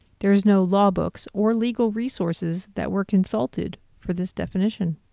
there is no law books or legal resources that were consulted for this definition.